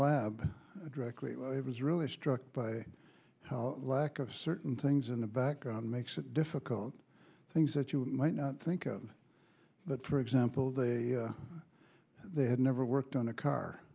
lab directly it was really struck by how lack of certain things in the background makes it difficult things that you might not think of but for example they they had never worked on a car